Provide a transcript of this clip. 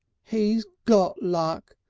he's got luck.